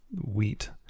wheat